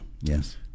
Yes